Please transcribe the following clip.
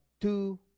two